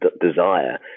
desire